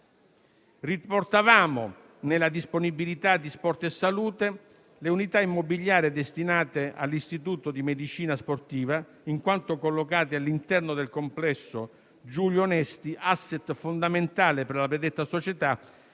Riportavamo nella disponibilità di Sport e salute SpA le unità immobiliari destinate all'Istituto di medicina sportiva, in quanto collocate all'interno del complesso Giulio Onesti, *asset* fondamentale per la predetta società,